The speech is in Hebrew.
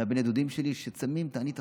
מבני הדודים שלי שצמים תענית הפסקה.